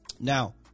Now